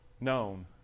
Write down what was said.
known